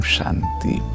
Shanti